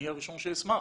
אני אהיה הראשון שאשמח,